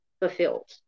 fulfilled